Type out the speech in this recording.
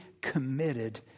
committed